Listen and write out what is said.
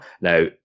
Now